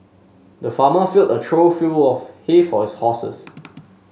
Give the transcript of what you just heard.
the farmer filled a trough full of hay for his horses